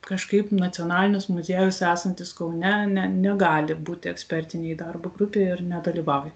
kažkaip nacionalinis muziejus esantis kaune negali būti ekspertinėj darbo grupėj ir nedalyvauja